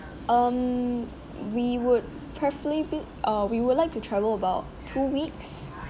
um we would preferably uh we would like to travel about two weeks